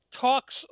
talks